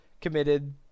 committed